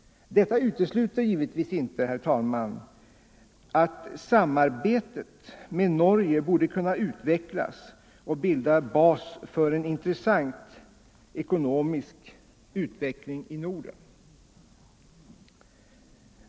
Detta utesluter givetvis inte, herr talman, att samarbetet med Norge borde kunna utvecklas och bilda bas för en intressant ekonomisk utveckling i Norden.